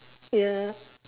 ya